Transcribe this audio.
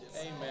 Amen